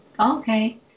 okay